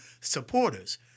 supporters